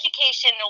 Education